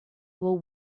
will